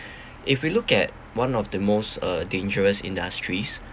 if we look at one of the most uh dangerous industries